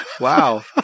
wow